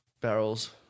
barrels